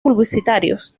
publicitarios